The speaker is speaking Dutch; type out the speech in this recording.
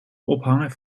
ophangen